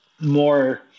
more